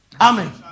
Amen